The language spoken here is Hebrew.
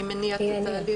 אם אני אתחיל את ההליך,